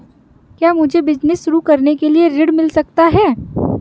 क्या मुझे बिजनेस शुरू करने के लिए ऋण मिल सकता है?